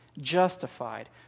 justified